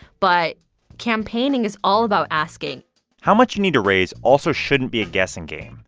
but campaigning is all about asking how much you need to raise also shouldn't be a guessing game.